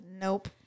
Nope